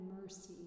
mercy